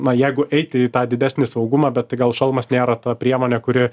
na jeigu eiti į tą didesnį saugumą bet tai gal šalmas nėra ta priemonė kuri